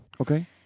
Okay